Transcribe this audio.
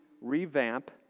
revamp